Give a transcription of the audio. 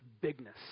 bigness